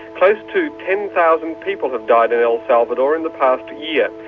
close to ten thousand people have died in el salvador in the past yeah